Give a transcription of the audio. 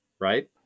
right